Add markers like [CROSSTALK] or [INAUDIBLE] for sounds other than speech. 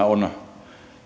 [UNINTELLIGIBLE] on